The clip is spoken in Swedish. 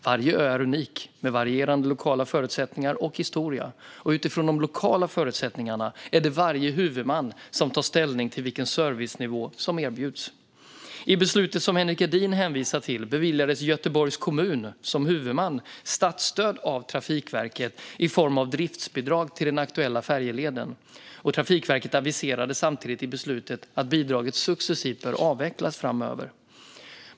Varje ö är unik med varierande lokala förutsättningar och historia. Utifrån de lokala förutsättningarna är det varje huvudman som tar ställning till vilken servicenivå som erbjuds. I beslutet som Henrik Edin hänvisar till beviljades Göteborgs kommun, som huvudman, statsstöd av Trafikverket i form av driftsbidrag till den aktuella färjeleden. Trafikverket aviserade samtidigt i beslutet att bidraget successivt bör avvecklas framöver.